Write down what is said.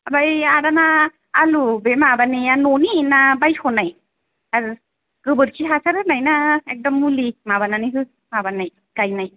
आमफ्राय आदाना आलु बे माबानाया न'नि ना बायस'नाय आरो गोबोरखि हासार होनाय ना एखदम मुलि माबानानै माबानाय गायनाय